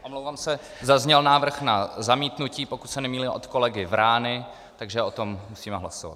Omlouvám se, zazněl návrh na zamítnutí, pokud se nemýlím, od kolegy Vrány, takže o tom musíme hlasovat.